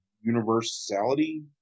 universality